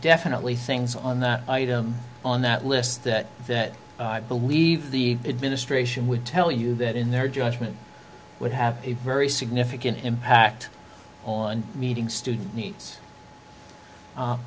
definitely things on that item on that list that i believe the administration would tell you that in their judgment would have a very significant impact on meeting student needs